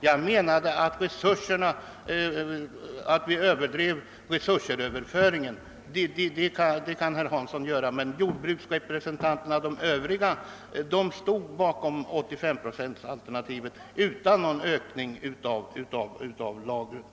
Jag menade att vi överdrev resursöverföringen.» Det kan herr Hansson göra, men de övriga jordbruksrepresentanterna stod bakom 85-procentsalternativet utan någon ökning av lagren.